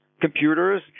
computers